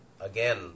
Again